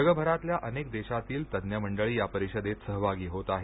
जगभरातल्या अनेक देशातील तज्ञ मंडळी या परिषदेत सहभागी होत आहेत